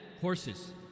horses